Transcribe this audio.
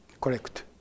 correct